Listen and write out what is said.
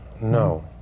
No